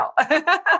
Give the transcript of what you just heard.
out